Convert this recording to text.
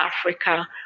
Africa